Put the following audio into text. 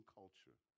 culture